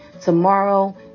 Tomorrow